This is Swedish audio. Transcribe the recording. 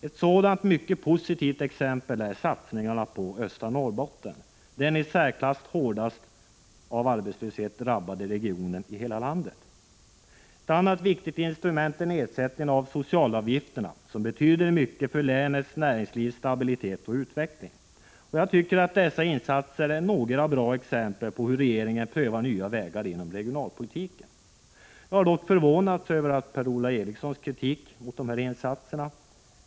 Ett sådant mycket positivt exempel är satsningarna på östra Norrbotten, den av arbetslöshet i särklass hårdast drabbade regionen i hela landet. Ett annat viktigt instrument är nedsättningen av socialavgifterna, vilken betyder mycket för länets näringslivs stabilitet och utveckling. Jag tycker att dessa insatser är några bra exempel på hur regeringen prövar nya vägar inom regionalpolitiken. Jag har dock förvånats över Per-Ola Erikssons kritik mot de här insatserna.